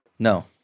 No